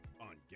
on